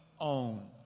own